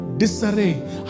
disarray